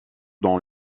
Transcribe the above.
dans